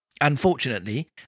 Unfortunately